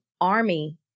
army